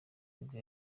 nibwo